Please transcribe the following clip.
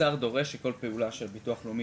האוצר דורש שכל פעולה של ביטוח לאומי